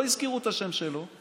לא הזכירו את השם שלו.